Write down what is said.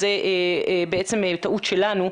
זו טעות שלנו.